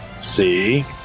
See